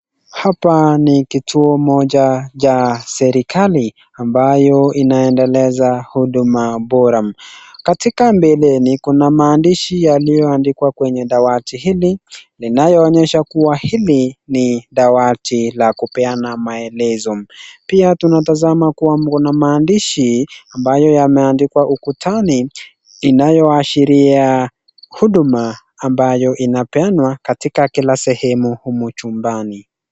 Hapa ni kituo moja cha ambayo inaendeleza huduma bora. Katika mbale kuna maandishi yaliyoandikwa kwa dawati hili linayoonyesha kuwa hili ni dawati la kupeana maelezo, pia tunatasama kuwa kuna maandishi ambayo umeandikwa ukutani inayoashiria huduma ambayo hupeanwa katika kila sehemu humu chumbani.